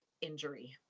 injury